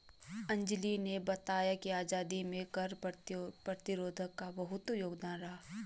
अंजली ने बताया कि आजादी में कर प्रतिरोध का बहुत योगदान रहा